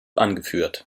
angeführt